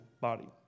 body